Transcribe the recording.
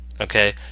okay